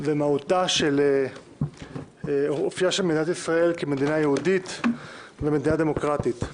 של מדינת ישראל כמדינה יהודית ומדינה דמוקרטית.